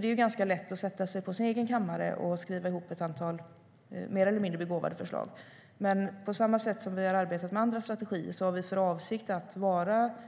Det är ganska lätt att sätta sig på sin egen kammare och skriva ihop ett antal mer eller mindre begåvade förslag, men på samma sätt som vi har arbetat med andra strategier har vi för avsikt att